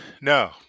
No